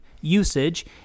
usage